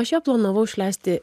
aš ją planavau išleisti